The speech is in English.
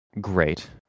great